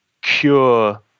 cure